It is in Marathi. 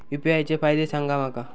यू.पी.आय चे फायदे सांगा माका?